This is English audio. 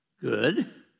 good